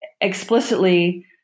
explicitly